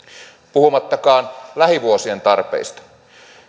puhumattakaan lähivuosien tarpeista